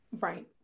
Right